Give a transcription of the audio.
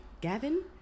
Gavin